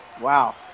wow